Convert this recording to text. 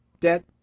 debt